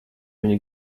viņa